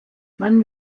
man